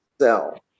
sell